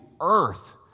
earth